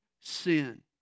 sin